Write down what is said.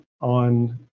on